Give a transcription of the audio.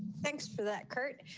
thanks for that. kurt.